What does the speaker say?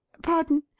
pardon?